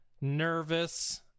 nervous